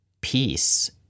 peace—